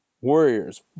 Warriors